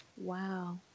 Wow